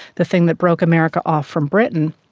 the thing that broke america off from britain,